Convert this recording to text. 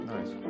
Nice